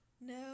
No